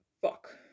fuck